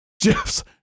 Jeff's